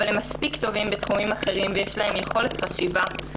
אבל הם מספיק טובים בתחומים אחרים ויש להם יכולת חשיבה,